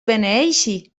beneeixi